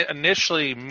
initially